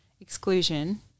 exclusion